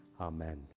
amen